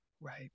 Right